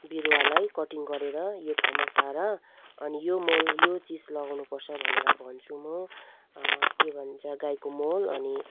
बिरुवालाई कटिङ् गरेर यो ठाउँमा सार अनि यो मल यो चिज लगाउनुपर्छ भनेर भन्छु म के भन्छ गाईको मल अनि